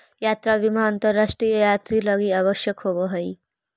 यात्रा बीमा अंतरराष्ट्रीय यात्रि लगी आवश्यक होवऽ हई